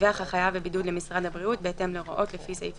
בבידוד בבחירות